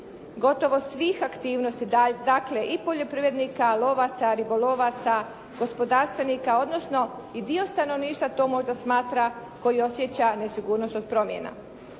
gotovo svih aktivnosti, dakle i poljoprivrednika, lovaca, ribolovaca, gospodarstvenika, odnosno i dio stanovništva to možda smatra koji osjeća nesigurnost od promjena.